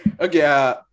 Okay